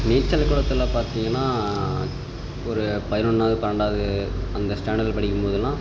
நீச்சல் குளத்தில் பார்த்தீங்கன்னா ஒரு பதினொன்றாவது பன்னெண்டாவது அந்த ஸ்டாண்டட்டில் படிக்கும்போதெல்லாம்